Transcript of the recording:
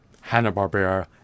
Hanna-Barbera